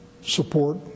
support